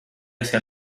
hacia